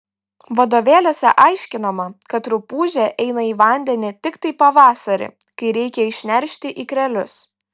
vadovėliuose aiškinama kad rupūžė eina į vandenį tiktai pavasarį kai reikia išneršti ikrelius